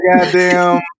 goddamn